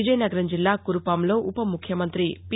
విజయనగరం జిల్లా కురుపాంలో ఉప ముఖ్యమంతి పి